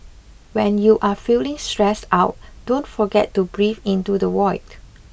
when you are feeling stressed out don't forget to breathe into the void